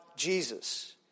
Jesus